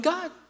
God